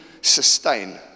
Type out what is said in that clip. sustain